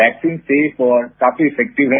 vaccine safe और काफी effective है